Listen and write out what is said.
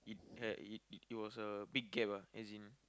it h~ it it was a big gap ah as in